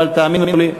אבל תאמינו לי,